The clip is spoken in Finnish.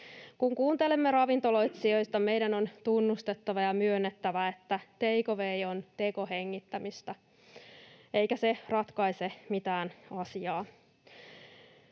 Kun kuuntelemme ravintoloitsijoita, meidän on tunnustettava ja myönnettävä, että take away on tekohengittämistä eikä se ratkaise mitään asiaa.